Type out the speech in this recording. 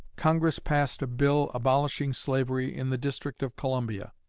congress passed a bill abolishing slavery in the district of columbia